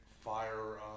fire